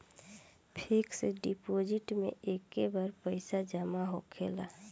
fix deposit मे एके बार पैसा जामा होखेला